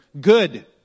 Good